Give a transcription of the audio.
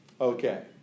Okay